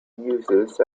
uses